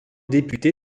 députée